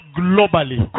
globally